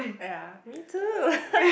ya me too